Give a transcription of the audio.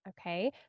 Okay